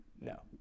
No